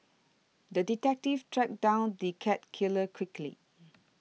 the detective tracked down the cat killer quickly